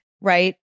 right